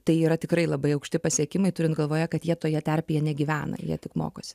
tai yra tikrai labai aukšti pasiekimai turint galvoje kad jie toje terpėje negyvena jie tik mokos